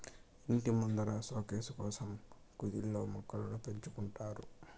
ఇంటి ముందర సోకేసు కోసం కుదిల్లో మొక్కలను పెంచుకుంటారు